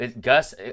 Gus